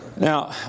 Now